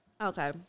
Okay